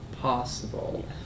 possible